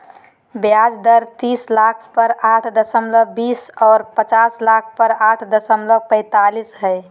ब्याज दर तीस लाख पर आठ दशमलब बीस और पचास लाख पर आठ दशमलब पैतालीस हइ